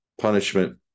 Punishment